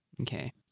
Okay